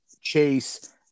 Chase